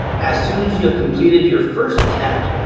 as soon as you have completed your first attempt,